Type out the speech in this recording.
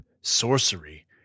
sorcery